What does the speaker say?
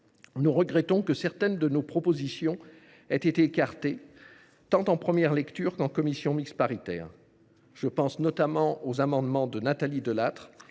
nous regrettons que certaines de nos propositions aient été écartées, tant en première lecture qu’en commission mixte paritaire. Je pense notamment aux amendements de Nathalie Delattre,